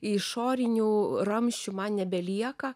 išorinių ramsčių man nebelieka